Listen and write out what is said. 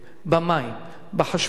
במים, בחשמל,